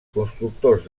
constructors